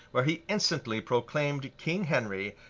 where he instantly proclaimed king henry,